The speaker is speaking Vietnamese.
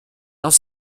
tao